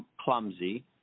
clumsy